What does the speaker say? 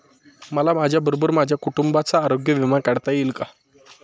मला माझ्याबरोबर माझ्या कुटुंबाचा आरोग्य विमा काढता येईल का?